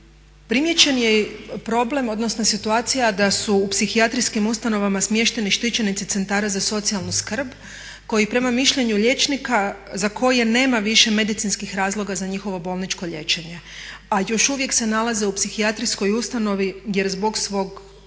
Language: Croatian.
Primijećen je problem, odnosno situacija, da su u psihijatrijskim ustanovama smješteni štićenici centara za socijalnu skrb koji prema mišljenju liječnika za koje nema više medicinskih razloga za njihovo bolničko liječenje, a još uvijek se nalaze u psihijatrijskoj ustanovi jer zbog svog